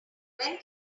when